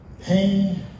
pain